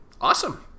Awesome